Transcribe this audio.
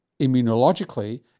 immunologically